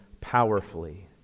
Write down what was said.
powerfully